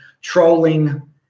trolling